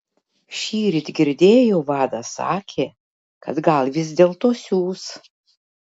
šįryt girdėjau vadas sakė kad gal vis dėlto siųs